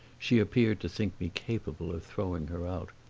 she appeared to think me capable of throwing her out.